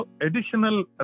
additional